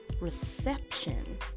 reception